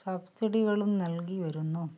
സബ്സിഡികളും നൽകി വരുന്നു